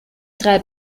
drei